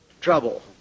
trouble